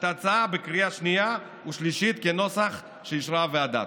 החוק בקריאה השנייה והשלישית בנוסח שאישרה הוועדה.